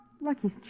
Lucky's